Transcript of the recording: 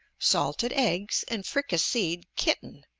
salted eggs, and fricasseed kitten!